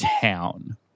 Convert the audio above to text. town